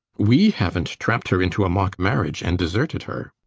we havnt trapped her into a mock marriage and deserted her.